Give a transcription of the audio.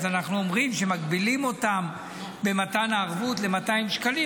ואנחנו אומרים שמגבילים במתן הערבות ל-200 שקלים,